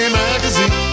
magazine